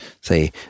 say